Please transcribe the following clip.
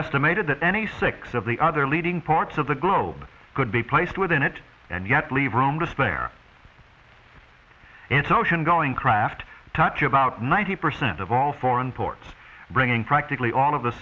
estimated that any six of the other leading parts of the globe could be placed within it and yet leave room to spare into ocean going craft touchy about ninety percent of all foreign ports bringing practically all of